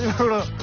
and photo